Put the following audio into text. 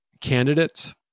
candidates